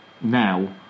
now